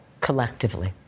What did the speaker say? collectively